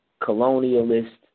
colonialist